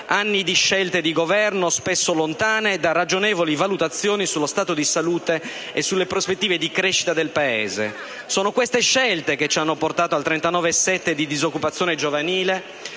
anni di scelte di Governo spesso lontane da ragionevoli valutazioni sullo stato di salute e sulle prospettive di crescita del Paese. Sono queste scelte che hanno portato il tasso di disoccupazione giovanile